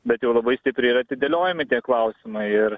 bet jau labai stipriai ir atidėliojami tie klausimai ir